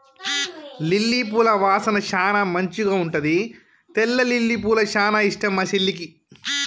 lily పూల వాసన చానా మంచిగుంటది తెల్ల లిల్లీపూలు చానా ఇష్టం మా చెల్లికి